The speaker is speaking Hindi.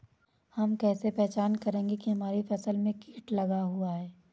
हम कैसे पहचान करेंगे की हमारी फसल में कीट लगा हुआ है?